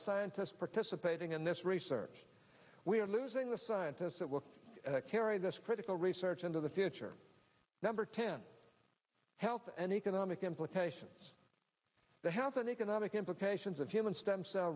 scientists participating in this research we are losing the scientists that will carry this critical research into the future number ten health and economic implications the health and economic implications of human stem cell